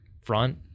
front